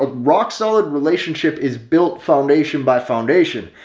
ah rock solid relationship is built foundation by foundation.